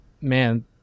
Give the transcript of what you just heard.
man